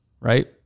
Right